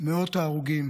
מאות ההרוגים